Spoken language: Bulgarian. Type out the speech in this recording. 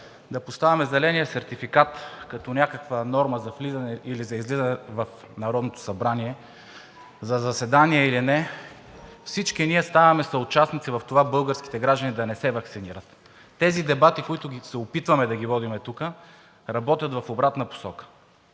да поставяме зеления сертификат като някаква норма за влизане или за излизане в Народното събрание за заседание или не, всички ние ставаме съучастници в това българските граждани да не се ваксинират. Тези дебати, които се опитваме да ги водим тук, работят в обратна посока,